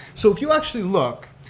so if you actually look,